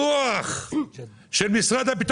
הרצון שלי הוא לקיים את ההפגנה מול משרד הביטחון,